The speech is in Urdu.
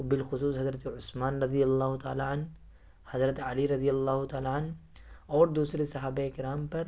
بالخصوص حضرت عثمان رضی اللہ تعالیٰ عنہ حضرت علی رضی اللہ تعالیٰ عنہ اور دوسرے صحابۂ کرام پر